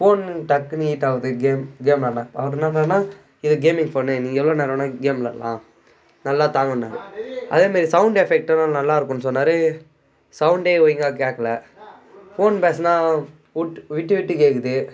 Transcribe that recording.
ஃபோன்னு டக்குன்னு ஹீட் ஆகுது கேம் கேம் ஆடினா ஆடுனேனா இது கேமிங் ஃபோன்னு நீ எவ்வளோ நேரம் வேணுனா கேம் விளையாடலாம் நல்லா தாங்கும்ன்னா அதேமாரி சவுண்ட் எஃபெக்ட்டும் நல்லாயிருக்கும் சொன்னார் சவுண்டே ஒழுங்கா கேட்கல ஃபோன் பேசினா விட்டுவிட்டு கேட்குது